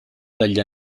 dagli